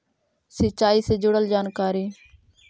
सिंचाई से जुड़ल जानकारी?